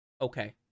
okay